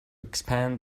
expand